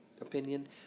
opinion